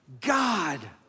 God